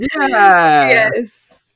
Yes